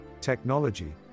technology